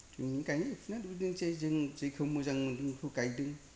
ओरैनो गायनाय फुनायाथ' बिदिनोसै जों जेखौ मोजां मोनदों बेखौ गायदों